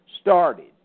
started